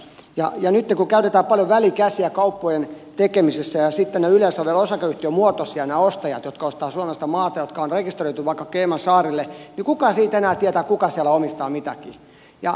ja nytten kun käytetään paljon välikäsiä kauppojen tekemisessä ja sitten yleensä ovat vielä osakeyhtiömuotoisia nämä ostajat jotka ostavat suomesta maata jotka on rekisteröity vaikka caymansaarille niin kuka siitä enää tietää kuka siellä omistaa mitäkin